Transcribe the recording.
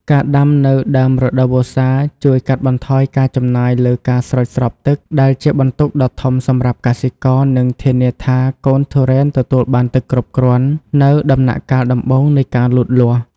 ការដាំនៅដើមរដូវវស្សាជួយកាត់បន្ថយការចំណាយលើការស្រោចស្រពទឹក ដែលជាបន្ទុកដ៏ធំសម្រាប់កសិករ និងធានាថាកូនទុរេនទទួលបានទឹកគ្រប់គ្រាន់នៅដំណាក់កាលដំបូងនៃការលូតលាស់។